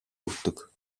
өгдөг